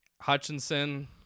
Hutchinson